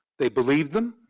they believed them,